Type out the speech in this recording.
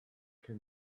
can